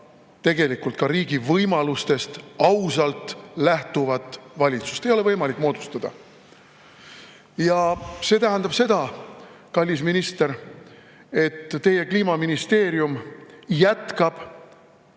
tegelikult ka riigi võimalustest ausalt lähtuvat valitsust. Ei ole võimalik moodustada! Ja see tähendab seda, kallis minister, et teie Kliimaministeerium jätkab